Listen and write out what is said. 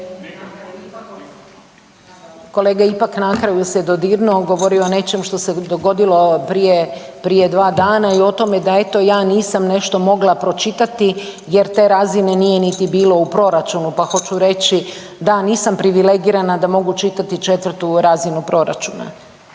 kolega ipak na kraju se dodirnuo govorio je o nečem što se dogodilo prije dva dana i o tome da eto ja nisam nešto mogla pročitati jer te razine nije niti bilo u proračunu, pa hoću reći da nisam privilegirana da mogu čitati četvrtu razinu proračuna.